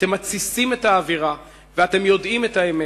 אתם מתסיסים את האווירה, ואתם יודעים את האמת.